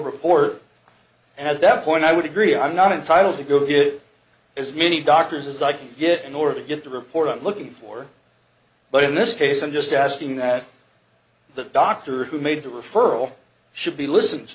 reporter at that point i would agree i'm not entitle to go here as many doctors as i can get in order to get the report i'm looking for but in this case i'm just asking that the doctor who made the referral should be listen